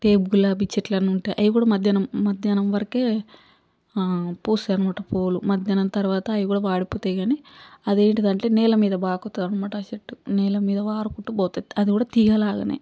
టేబ్ గులాబీ చెట్లు అని ఉంటాయి అవి కూడా మధ్యాహ్నం మధ్యాహ్నం వరకే పూస్తాయి అనమాట పూలు మధ్యాహ్నం తరువాత అవి కూడా వాడిపోతాయి కాని అదేంటిదంటే నేలమీద పాకుతుంది అనమాట ఆ చెట్టు నేలమీద పారుకుంటూ పోతుంది అదికూడా తీగలాగానే